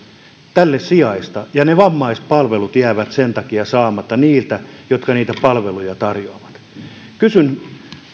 tälle sijaista ja vammaispalvelut jäävät sen takia saamatta niiltä jotka niitä palveluja tarvitsevat kysyn